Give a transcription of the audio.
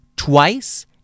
Twice